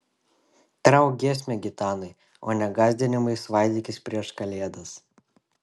trauk giesmę gitanai o ne gąsdinimais svaidykis prieš kalėdas